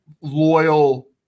loyal